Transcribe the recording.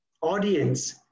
audience